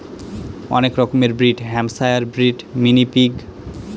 অনেক রকমের breed Hampshire breed, mini pig